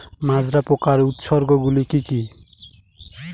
মাজরা পোকার উপসর্গগুলি কি কি?